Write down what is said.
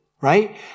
right